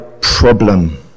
problem